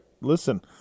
listen